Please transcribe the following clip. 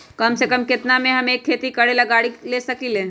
कम से कम केतना में हम एक खेती करेला गाड़ी ले सकींले?